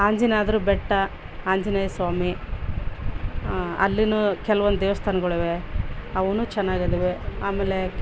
ಆಂಜನಾದ್ರಿ ಬೆಟ್ಟ ಆಂಜನೇಯ ಸ್ವಾಮಿ ಅಲ್ಲಿನೂ ಕೆಲವೊಂದು ದೇವಸ್ಥಾನಗಳಿವೆ ಅವ್ನು ಚೆನ್ನಾಗಿದ್ದವೆ ಆಮೇಲೆ